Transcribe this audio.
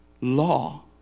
law